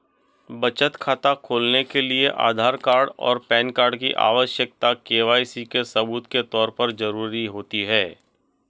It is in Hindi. बचत खाता खोलने के लिए आधार कार्ड और पैन कार्ड की आवश्यकता के.वाई.सी के सबूत के तौर पर ज़रूरी होती है